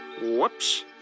Whoops